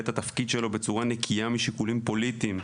את התפקיד שלו בצורה נקייה משיקולים פוליטיים.